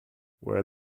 where